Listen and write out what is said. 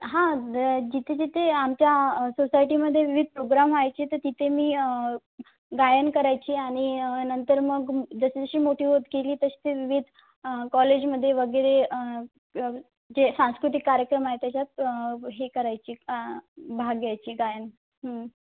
हां द् जिथे जिथे आमच्या सोसायटीमध्ये विविध प्रोग्राम व्हायचे तर तिथे मी गायन करायचे आणि नंतर मग म् जशीजशी मोठी होत गेले तशी ते विविध कॉलेजमध्ये वगैरे जे सांस्कृतिक कार्यक्रम आहे त्याच्यात हे करायचे भाग घ्यायचे गायन हं